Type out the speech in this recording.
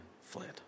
fled